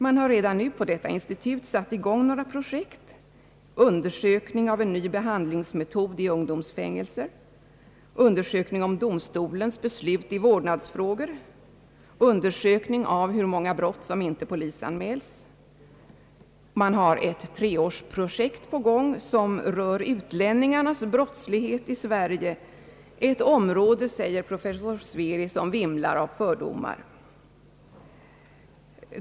Man har redan nu på detta institut satt i gång några projekt nämligen en undersökning av en ny behandlingsmetod i ungdomsfängelser, en undersökning av domstolarnas beslut i vårdnadsfrågor och en undersökning av hur många brott som inte polisanmäls. Ett treårsprojekt pågår som rör utlänningarnas brottslighet i Sverige. Detta sistnämnda är, säger professor Sveri, ett område som vimlar av fördomar.